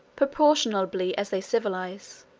proportionably as they civilize.